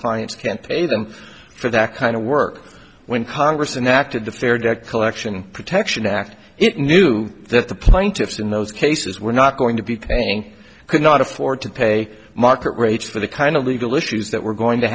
clients can't pay them for that kind of work when congress and acted the fair debt collection protection act it knew that the plaintiffs in those cases were not going to be paying could not afford to pay market rates for the kind of legal issues that were going to